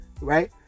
right